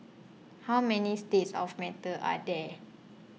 how many states of matter are there